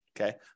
okay